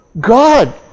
God